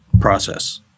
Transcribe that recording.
process